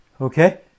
Okay